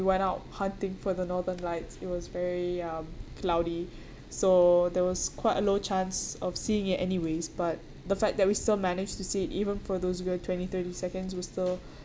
went out hunting for the northern lights it was very um cloudy so there was quite a low chance of seeing it anyways but the fact that we still managed to see it even for those good twenty thirty seconds were still